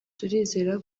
turizera